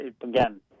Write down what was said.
again